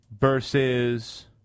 versus